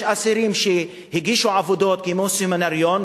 יש אסירים שהגישו עבודות כמו סמינריון,